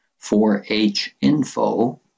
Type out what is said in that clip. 4hinfo